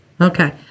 Okay